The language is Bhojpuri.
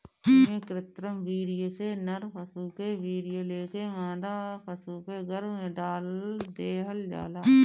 एमे कृत्रिम वीर्य से नर पशु के वीर्य लेके मादा पशु के गर्भ में डाल देहल जाला